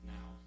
Now